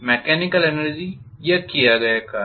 mechanical energy या किया गया कार्य